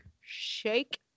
shake